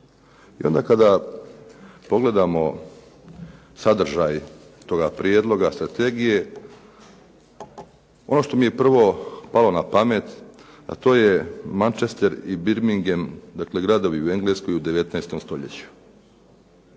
I onda kada pogledamo sadržaj toga prijedloga, strategije, ono što mi je prvo palo na pamet, a to je Manchester i Birmingham, dakle gradovi u Engleskoj u 19. stoljeću.